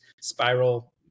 spiral